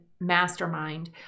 mastermind